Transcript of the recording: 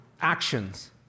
actions